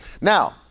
Now